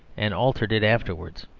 and altered it afterwards.